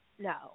No